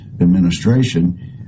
administration